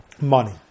money